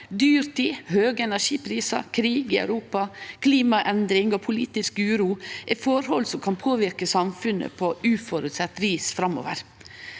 Dyrtid, høge energiprisar, krig i Europa, klimaendringar og politisk uro er forhold som kan påverke samfunnet på upårekna vis framover.